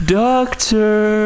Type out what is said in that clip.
doctor